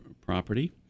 property